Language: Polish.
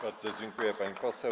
Bardzo dziękuję, pani poseł.